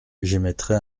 j’émettrai